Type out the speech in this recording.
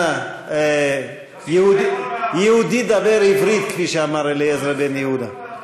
אנא, יהודי, דבר עברית, כפי שאמר אליעזר בן יהודה.